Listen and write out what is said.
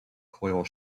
coil